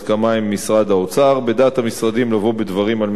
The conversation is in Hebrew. בדעת המשרדים לבוא בדברים על מנת לגבש הבנה כזו.